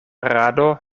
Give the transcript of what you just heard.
rado